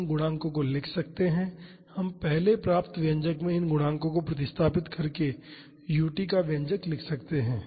हम गुणांकों को जानते हैं और हम पहले प्राप्त व्यंजक में इन गुणांकों को प्रतिस्थापित करके u t का व्यंजक लिख सकते हैं